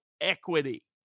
equity